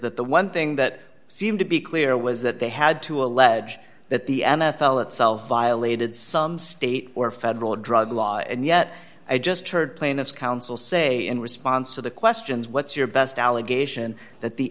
that the one thing that seemed to be clear was that they had to allege that the n f l itself file a did some state or federal drug law and yet i just heard plaintiff's counsel say in response to the questions what's your best allegation that the